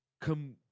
Come